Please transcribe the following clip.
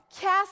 cast